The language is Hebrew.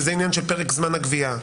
שזה עניין של פרק זמן הגבייה.